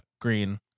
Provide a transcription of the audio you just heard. green